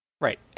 Right